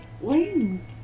Wings